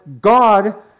god